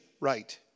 right